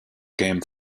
game